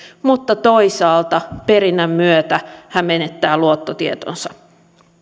mutta toisaalta perinnän myötä hän menettää luottotietonsa